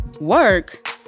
work